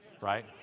Right